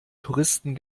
touristen